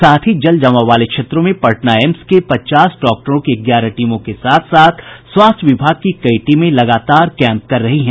साथ ही जल जमाव वाले क्षेत्रों में पटना एम्स के पचास डॉक्टरों की ग्यारह टीमों के साथ साथ स्वास्थ्य विभाग की कई टीमें लगातार कैंप कर रही हैं